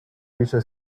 reached